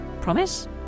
Promise